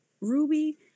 Ruby